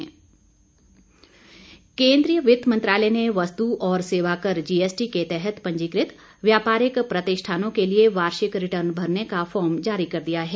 GST केंद्रीय वित्त मंत्रालय ने वस्तु और सेवाकर जीएसटी के तहत पंजीकृत व्यापारिक प्रतिष्ठानों के लिए वार्षिक रिटर्न भरने का फॉर्म जारी कर दिया है